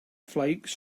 flakes